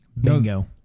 Bingo